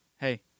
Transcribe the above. hey